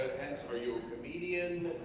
hence are you a comedian